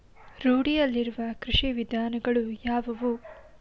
ರೂಢಿಯಲ್ಲಿರುವ ಕೃಷಿ ವಿಧಾನಗಳು ಯಾವುವು?